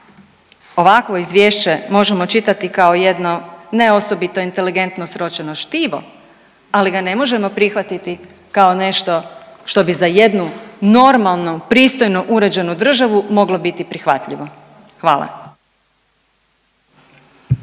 Ovakvo izvješće možemo čitati kao jedno ne osobito inteligentno sročeno štivo, ali ga ne možemo prihvatiti kao nešto što bi za jednu normalnu, pristojno uređenu državu moglo biti prihvatljivo. Hvala.